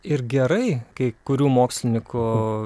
ir gerai kai kurių mokslininkų